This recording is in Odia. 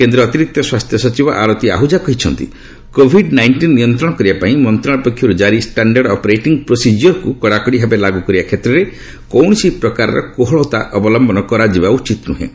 କେନ୍ଦ୍ର ଅତିରିକ୍ତ ସ୍ୱାସ୍ଥ୍ୟ ସଚିବ ଆରତୀ ଅହୁଜା କହିଛନ୍ତି କୋଭିଡ୍ ନାଇଷ୍ଟିନ୍ ନିୟନ୍ତ୍ରଣ କରିବା ପାଇଁ ମନ୍ତ୍ରଣାଳୟ ପକ୍ଷରୂ ଜାରି ଷ୍ଟାଣ୍ଡାର୍ଡ୍ ଅପରେଟିଂ ପ୍ରୋସିଜିଓରକୁ କଡ଼ାକଡ଼ି ଭାବେ ଲାଗୁ କରିବା କ୍ଷେତ୍ରରେ କୌଣସି ପ୍ରକାରର କୋହଳତା ଅବଲମ୍ଘନ କରାଯିବା ଉଚିତ୍ ନୁହେଁ